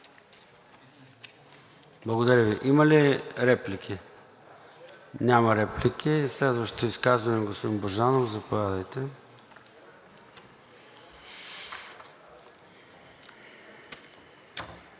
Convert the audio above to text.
Благодаря Ви. Има ли реплики? Няма реплики. Следващото изказване е на господин Божанов. Заповядайте.